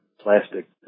plastic